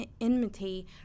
enmity